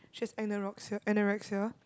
she has anorexia anorexia